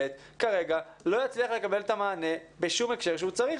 כרגע לא יצליח לקבל את המענה בשום הקשר שהוא צריך.